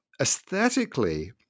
aesthetically